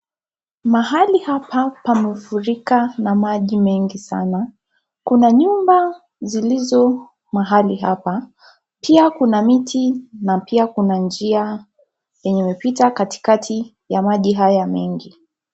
Mahali hapa pamefurika na maji mengi sana, kuna nyumba zilizo mahali hapa, pia kuna miti na pia kuna njia yenye ipita katikati ya maji mengi.